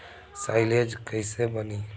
Silage कईसे बनी?